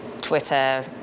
twitter